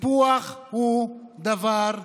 הסיפוח הוא דבר רע,